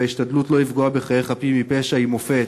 וההשתדלות לא לפגוע בחיי חפים מפשע היא מופת.